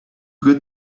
good